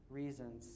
reasons